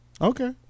Okay